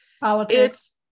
Politics